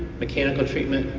mechanical treatment,